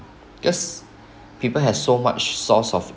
cause people have so much source of